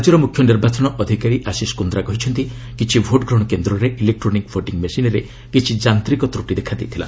ରାଜ୍ୟର ମୁଖ୍ୟ ନିର୍ବାଚନ ଅଧିକାର ଆଶିଷ କୁନ୍ଦ୍ରା କହିଛନ୍ତି କିଛି ଭୋଟ୍ଗ୍ରହଣ କେନ୍ଦ୍ରରେ ଇଲ୍କଟ୍ରୋନିକ୍ ଭୋଟିଂ ମେସିନ୍ରେ କିଛି ଯାନ୍ତିକ ତ୍ରଟି ଦେଖାଦେଇଥିଲା